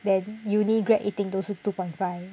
then uni grad 一定都是 two point five